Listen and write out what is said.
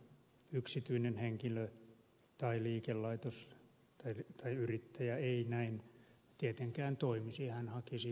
yksityinen henkilö tai liikelaitos tai yrittäjä ei näin tietenkään toimisi hän hakisi varoilleen tuottoa